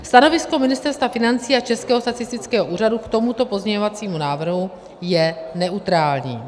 Stanovisko Ministerstva financí a Českého statistického úřadu k tomuto pozměňovacímu návrhu je neutrální.